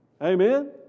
Amen